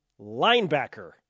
linebacker